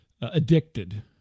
addicted